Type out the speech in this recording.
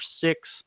six